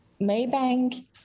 maybank